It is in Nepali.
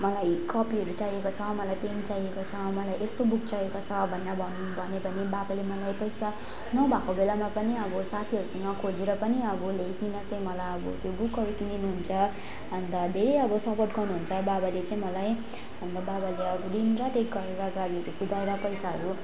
मलाई कपीहरू चाहिएको छ मलाई पेन चाहिएको छ मलाई यस्तो बुक चाहिएको छ भनेर भनेँ भने बाबाले मलाई पैसा नभएको बेलामा पनि अब साथीहरूसँग खोजेर पनि अब ल्याइकिन चाहिँ मलाई अब त्यो बुकहरू किनिदिनुहुन्छ अन्त धेरै अब सपोर्ट गर्नुहुन्छ बाबाले चाहिँ मलाई अन्त बाबाले अब दिनरात एक गरेर गाडीहरू कुदाएर पैसाहरू